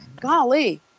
golly